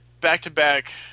back-to-back